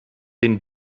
den